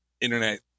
internet